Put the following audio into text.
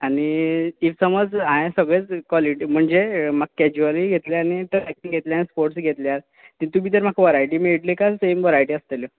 आनी ईफ समज हांवें सगळेच कॉलेटी म्हणजे म्हाका कॅज्वलय घेतले आनी ट्रॅकींग घेतले आनी स्पोट्स घेतल्यार तितू भितर म्हाका वरायटी मेळटली काय सेम वरायटी आसतल्यो